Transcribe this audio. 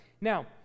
Now